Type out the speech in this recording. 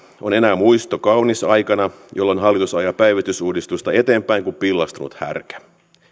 on enää muisto kaunis aikana jolloin hallitus ajaa päivystysuudistusta eteenpäin kuin pillastunut härkä